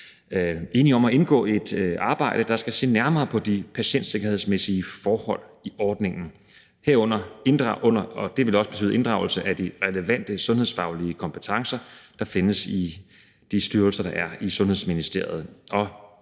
enige om at indgå i et arbejde, der skal se nærmere på de patientsikkerhedsmæssige forhold i ordningen, og det vil også betyde inddragelse af de relevante sundhedsfaglige kompetencer, der findes i de styrelser, der er i Sundhedsministeriet.